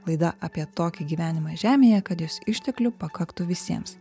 laida apie tokį gyvenimą žemėje kad jos išteklių pakaktų visiems